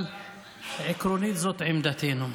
אבל עקרונית זאת עמדתנו.